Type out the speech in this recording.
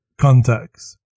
contacts